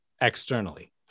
externally